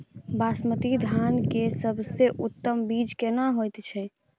बासमती धान के सबसे उन्नत बीज केना होयत छै?